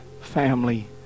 family